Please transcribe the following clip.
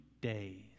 days